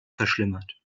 verschlimmert